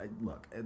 look